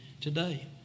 today